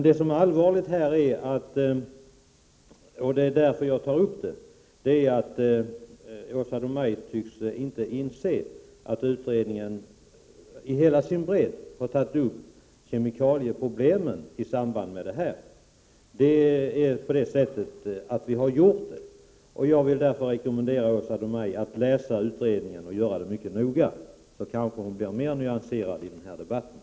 Det allvarliga här är — och det är just för att det är allvarligt som jag tar upp den saken — att Åsa Domeij inte tycks inse att allergiutredningen rakt över har tagit upp kemikalieproblemen i detta sammanhang, för det är ju vad vi i utredningen har gjort. Jag vill därför rekommendera Åsa Domeij att mycket noga läsa vad utredningen skriver. Kanske uttrycker hon sig sedan litet mera nyanserat i debatten.